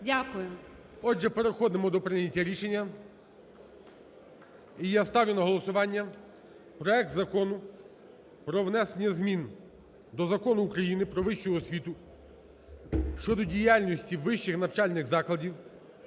Отже, переходимо до прийняття рішення. І я ставлю на голосування проект Закону про внесення змін до Закону України "Про вищу освіту" щодо діяльності вищих навчальних закладів